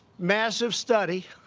massive study